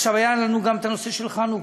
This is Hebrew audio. עכשיו, היה לנו גם הנושא של חנוכה,